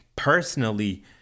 Personally